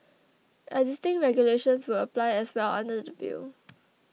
existing regulations will apply as well under the bill